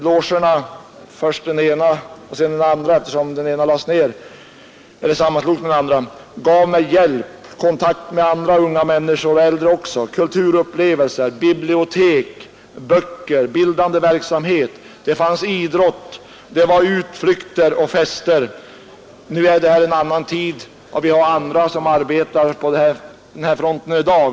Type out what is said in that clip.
Logerna — först den ena och därefter den andra, eftersom en av dem lades ner när de sammanslogs — gav mig hjälp, kontakt med andra unga människor — och med äldre också — kulturupplevelser, tillgång till bibliotek, böcker och bildande verksamhet. Där förekom idrott, det företogs utflykter och hölls fester. Nu är det en annan tid, och vi har andra som arbetar på denna front.